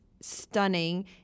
stunning